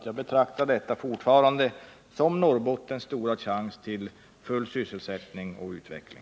Jag betraktar fortfarande detta som Norrbottens stora chans till full sysselsättning och utveckling.